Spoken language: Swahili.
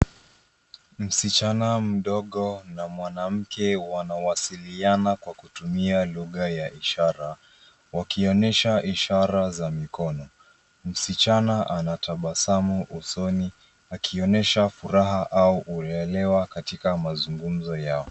Msichana mdogo na mwanamke wanawasiliana kwa kutumia lugha ya ishara wakionyesha ishara za mikono. Msichana anatabasamu usoni akionyesha furaha au kuelewa katika mazungumzo yao.